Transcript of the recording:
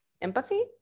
Empathy